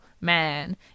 man